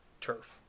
turf